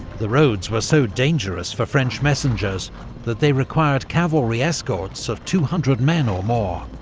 the roads were so dangerous for french messengers that they required cavalry escorts of two hundred men or more.